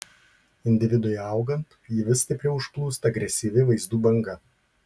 individui augant jį vis stipriau užplūsta agresyvi vaizdų banga